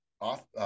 off